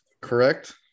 Correct